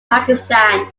pakistan